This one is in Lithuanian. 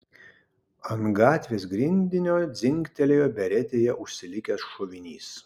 ant gatvės grindinio dzingtelėjo beretėje užsilikęs šovinys